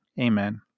Amen